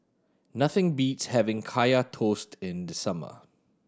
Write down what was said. nothing beats having Kaya Toast in the summer